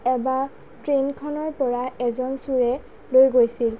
এবাৰ ট্ৰেইনখনৰ পৰা এজন চুৰে লৈ গৈছিল